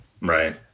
Right